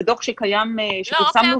וזה דוח שקיים ופרסמנו אותו --- לא,